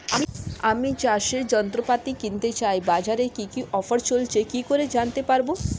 আমি চাষের যন্ত্রপাতি কিনতে চাই বাজারে কি কি অফার চলছে কি করে জানতে পারবো?